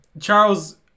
Charles